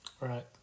Right